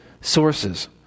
sources